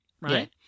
Right